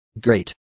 Great